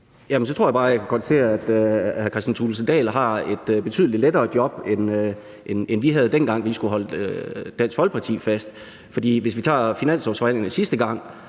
jeg bare, jeg kan konstatere, at hr. Kristian Thulesen Dahl har et betydelig lettere job, end vi havde, dengang vi skulle holde Dansk Folkeparti fast. Hvis vi tager finanslovsforhandlingerne sidste gang,